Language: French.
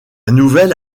nouvelle